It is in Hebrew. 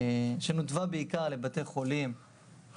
נותבה בעיקר לבתי חולים